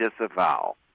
disavow